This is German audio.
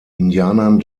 indianern